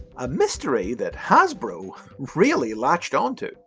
a mystery that hasbro really latched onto.